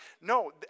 no